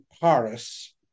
Paris